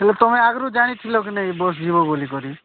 ହେଲେ ତମେ ଆଗରୁ ଜାଣିଥିଲି କି ନାହିଁ ବସ୍ ଯିବ ବୋଲି କରି